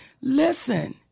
listen